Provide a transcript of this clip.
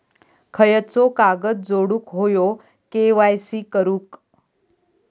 खयचो कागद जोडुक होयो के.वाय.सी करूक?